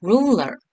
Ruler